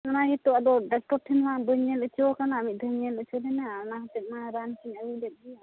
ᱚᱱᱟ ᱤᱭᱟᱹᱛᱮᱚ ᱟᱫᱚ ᱰᱟᱠᱛᱚᱨ ᱴᱷᱮᱱ ᱦᱟᱸᱜ ᱵᱟᱹᱧ ᱧᱮᱞ ᱦᱚᱪᱚ ᱟᱠᱟᱱᱟ ᱢᱤᱫ ᱫᱷᱚᱢ ᱤᱧ ᱧᱮᱞ ᱦᱚᱪᱚᱞᱮᱱᱟ ᱚᱱᱟ ᱦᱟᱛᱮᱫᱢᱟ ᱨᱟᱱᱠᱩᱧ ᱟᱹᱜᱩᱞᱮᱫ ᱜᱮᱭᱟ